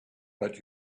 but